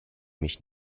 mich